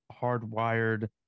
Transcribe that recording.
hardwired